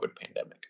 pandemic